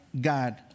God